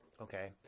Okay